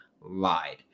lied